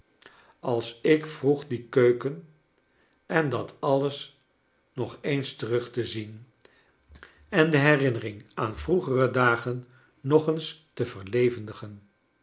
als ik vroeg die keuken en dat alles nog eens terug te zien en de herinnering a an vroegere dagen nog eens te